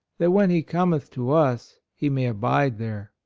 that when he cometh to us, he may abide there.